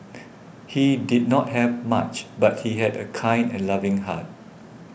he did not have much but he had a kind and loving heart